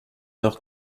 leur